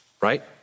right